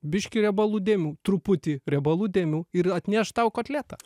biški riebalų dėmių truputį riebalų dėmių ir atneš tau kotletą